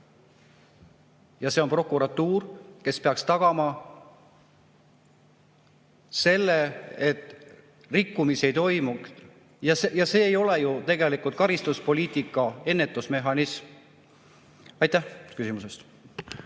Ja see on prokuratuur, kes peaks tagama selle, et rikkumisi ei toimu. See ei ole ju tegelikult karistuspoliitika ennetusmehhanism. Aitäh! Peeter